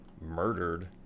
murdered